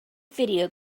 video